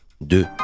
de